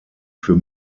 für